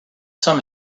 some